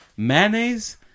Mayonnaise